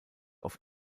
auf